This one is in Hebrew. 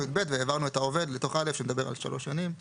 והעברנו את העובד לתוך (א) שמדבר על שלוש שנים,